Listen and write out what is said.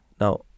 Now